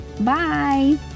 Bye